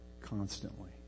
constantly